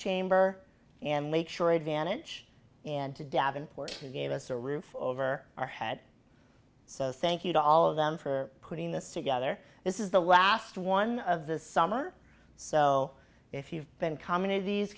chamber and make sure advantage and to davenport gave us a roof over our head so thank you to all of them for putting this together this is the last one of the summer so if you've been com